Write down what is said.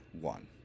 one